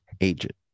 agent